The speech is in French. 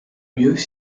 mieux